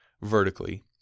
vertically